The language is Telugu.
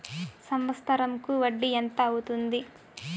సంవత్సరం కు వడ్డీ ఎంత అవుతుంది?